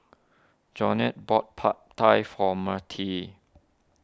Jeane bought Pad Thai for Mertie